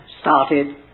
started